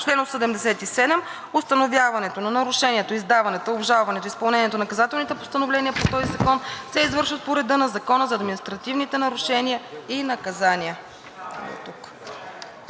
Чл. 87. Установяването на нарушенията, издаването, обжалването и изпълнението на наказателните постановления по този закон се извършват по реда на Закона за административните нарушения и наказания.“